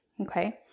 okay